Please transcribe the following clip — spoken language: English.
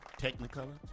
Technicolor